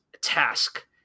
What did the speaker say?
task